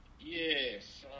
Yes